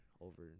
over